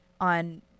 on